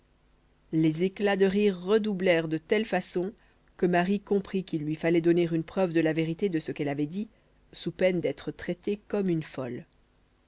les éclats de rire redoublèrent de telle façon que marie comprit qu'il lui fallait donner une preuve de la vérité de ce qu'elle avait dit sous peine d'être traitée comme une folle